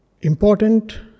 important